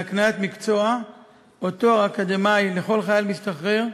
להקניית מקצוע או תואר אקדמי לכל חייל משתחרר,